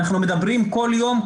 אנחנו מדברים כל יום,